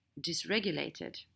dysregulated